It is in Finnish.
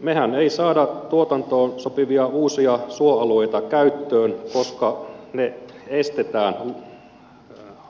mehän emme saa tuotantoon sopivia uusia suoalueita käyttöön koska se estetään